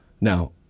Now